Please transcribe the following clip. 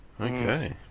Okay